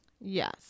Yes